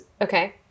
Okay